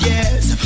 Yes